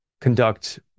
conduct